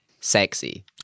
sexy